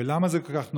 ולמה זה כל כך נורא?